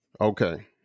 Okay